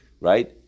right